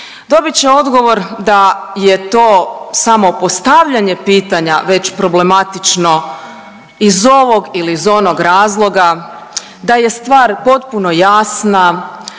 Dobit će odgovor da je to samo postavljanje pitanje već problematično iz ovog ili iz onog razloga, da je stvar potpuno jasna,